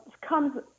comes